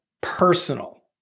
personal